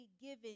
given